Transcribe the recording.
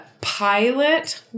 pilot